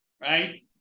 right